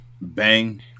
bang